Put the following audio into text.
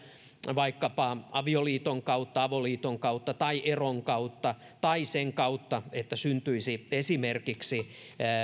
vaikkapa avioliiton kautta avoliiton kautta tai eron kautta tai sen kautta että syntyisi esimerkiksi